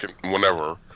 whenever